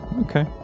Okay